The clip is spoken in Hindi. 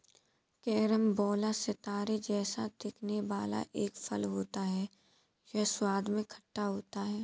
कैरम्बोला सितारे जैसा दिखने वाला एक फल होता है यह स्वाद में खट्टा होता है